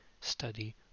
study